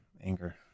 anger